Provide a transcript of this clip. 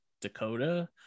Dakota